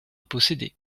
posséder